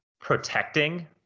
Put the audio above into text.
protecting